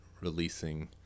releasing